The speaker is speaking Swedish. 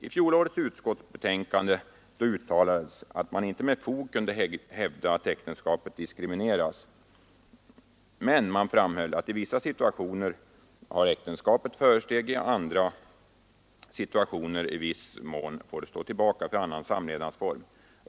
I fjolårets utskottsbetänkande uttalades att man inte med fog kunde hävda att äktenskapet diskrimineras, men man framhöll att äktenskapet i vissa situationer har försteg, i andra situationer i viss mån får stå tillbaka för annan samlevnadsform.